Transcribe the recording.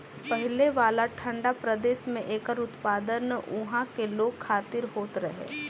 पहिले वाला ठंडा प्रदेश में एकर उत्पादन उहा के लोग खातिर होत रहे